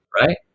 right